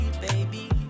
baby